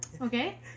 Okay